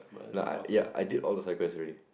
like I ya I did all the cycles already